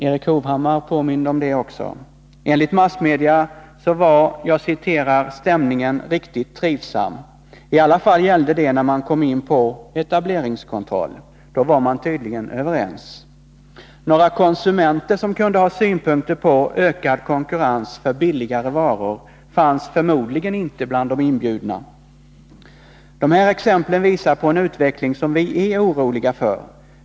Erik Hovhammar påminde också om det. Enligt massmedia var ”stämningen riktigt trivsam”. I alla fall gällde det när man kom in på ”etableringskontroll”. Då var man tydligen överens. Några konsumenter som kunde ha synpunkter på ökad konkurrens för billigare varor fanns förmodligen inte bland de inbjudna. De här exemplen visar på en utveckling som vi är oroliga för.